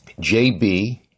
JB